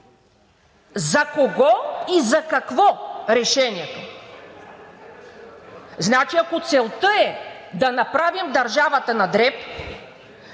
За кого и за какво решението? Значи, ако целта е да направим държавата на дреб,